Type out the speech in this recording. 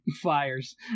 fires